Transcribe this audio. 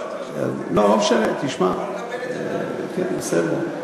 ספר לו,